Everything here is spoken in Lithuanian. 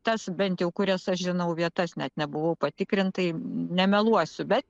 tas bent jau kurias aš žinau vietas net nebuvau patikrint tai nemeluosiu bet